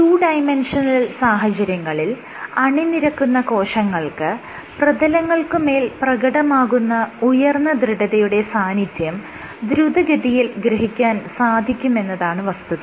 2D സാഹചര്യങ്ങളിൽ അണിനിരക്കുന്ന കോശങ്ങൾക്ക് പ്രതലങ്ങൾക്ക് മേൽ പ്രകടമാകുന്ന ഉയർന്ന ദൃഢതയുടെ സാന്നിധ്യം ദ്രുതഗതിയിൽ ഗ്രഹിക്കാൻ സാധിക്കും എന്നതാണ് വസ്തുത